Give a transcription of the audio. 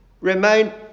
remain